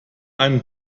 einen